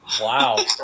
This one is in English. Wow